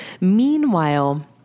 Meanwhile